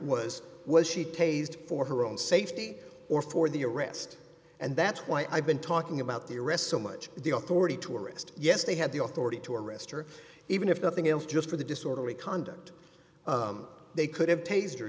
was was she taste for her own safety or for the arrest and that's why i've been talking about the arrest so much the authority tourist yes they had the authority to arrest her even if nothing else just for the disorderly conduct they could have